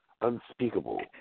unspeakable